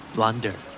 Blunder